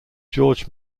george